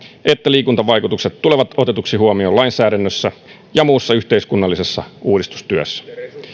että liikuntavaikutukset tulevat otetuksi huomioon lainsäädännössä ja muussa yhteiskunnallisessa uudistustyössä